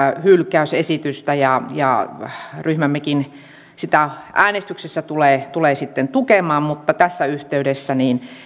hylkäysesitystä ja ja ryhmämmekin sitä äänestyksessä tulee tulee sitten tukemaan mutta tässä yhteydessä